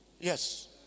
Yes